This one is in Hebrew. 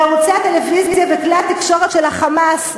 מערוצי הטלוויזיה וכלי התקשורת של ה"חמאס",